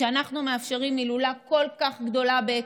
כשאנחנו מאפשרים הילולה כל כך גדולה במירון,